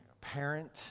parent